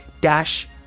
dash